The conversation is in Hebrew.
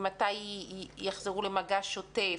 ומתי יחזרו למגע שוטף,